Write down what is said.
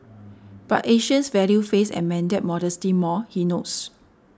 but Asians value face and mandate modesty more he notes